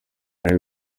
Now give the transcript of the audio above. hari